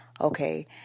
Okay